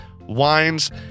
wines